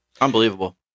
Unbelievable